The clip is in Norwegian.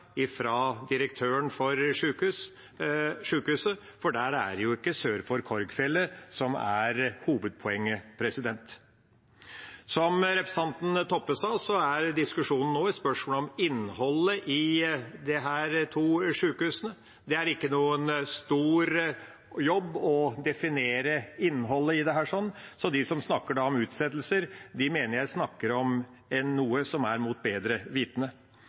fra direktøren for sjukehuset, for der er det ikke sør for Korgfjellet som er hovedpoenget. Som representanten Toppe sa, dreier diskusjonen seg nå om innholdet i disse to sjukehusene. Det er ikke noen stor jobb å definere innholdet i dette, så de som snakker om utsettelser, mener jeg snakker mot bedre vitende.